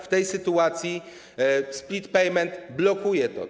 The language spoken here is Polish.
W tej sytuacji split payment blokuje to.